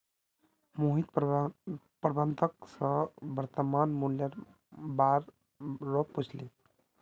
मोहित प्रबंधक स वर्तमान मूलयेर बा र पूछले